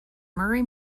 murray